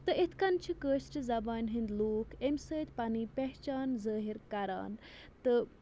تہٕ یِتھ کٔنۍ چھِ کٲشرِ زبانہِ ہٕنٛدۍ لوٗکھ اَمہِ سۭتۍ پَنٕنۍ پہچان ظٲہِر کَران تہٕ